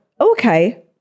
Okay